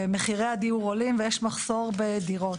מחירי הדיון עולים ויש מחסור בדירות.